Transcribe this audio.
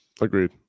Agreed